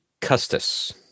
Custis